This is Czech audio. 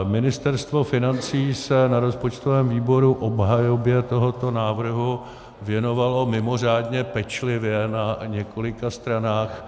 Ministerstvo financí se na rozpočtovém výboru obhajobě tohoto návrhu věnovalo mimořádně pečlivě na několika stranách.